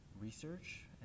research